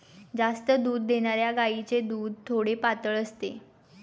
जास्त दूध देणाऱ्या गायीचे दूध थोडे पातळ असते